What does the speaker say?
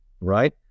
right